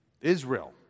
Israel